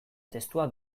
testua